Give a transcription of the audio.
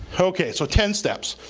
okay, so ten steps.